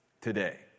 today